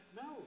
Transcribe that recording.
no